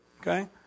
Okay